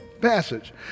passage